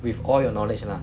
with all your knowledge lah